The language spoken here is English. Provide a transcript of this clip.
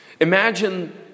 Imagine